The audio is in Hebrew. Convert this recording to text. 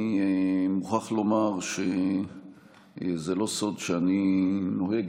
אני מוכרח לומר שזה לא סוד שאני נוהג